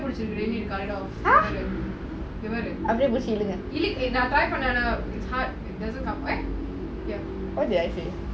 once you finish carlos என்னக்கு செம்மையை இப்பிடி இருக்கு:ennaku semmaya ipidi iruku